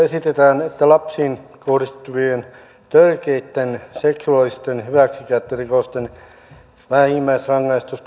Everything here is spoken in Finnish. esitetään että lapsiin kohdistuvien törkeitten seksuaalisten hyväksikäyttörikosten vähimmäisrangaistus